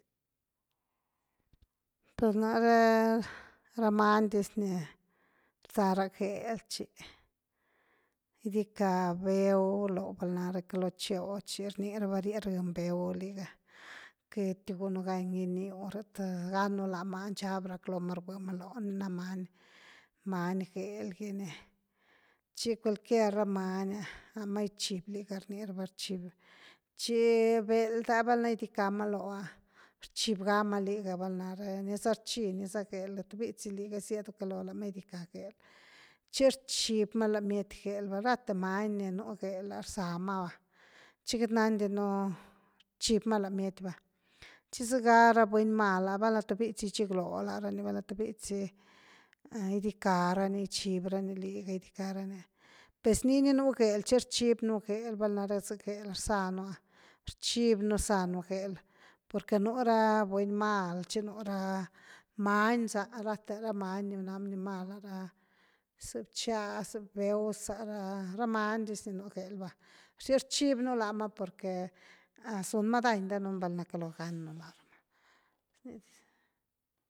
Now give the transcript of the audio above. Per nare ra many diz ni rza gel tchi, gidicka bew lo velnare calo tchew, tchi rni raba rye-rëny bew liga queityu gunu gan giniu, rh th ganu loma a nxab rack loma rgui ma loo, ni na many-many gel gi ni, tchi cualquier ra many la ma gichib liga rniraba rchibma, chi beld ’a vel’na gidicka la lo rchiby gama liga velna re nicklarchi, nickla geltubichysi liga siedu caloo, lama gidica lo gel tchi rchiby ma la bmiety gel va, rathe many ni nú gel’a rza va, tchi queity nandinu rchiby ma la bmiety va tchi zëga ra buny mal ‘ah val’na tuvich zy gichigloo lara ni, val’na gidicka rani gichib rani liga gidicka ra ni pues nii ni un gel chi rchib nú gel, val na za gel rza nú ah rchibi nú rza nú gel, por que nú ra buny mal tchi nú ra many za, rathe ra many ni na animal’e ra, za bchá sa bew sa, ra many dis ni nú gel va, tchi rchiby nú lama porque zun ma dañ danunval na calo gan nú lá rama.